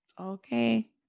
Okay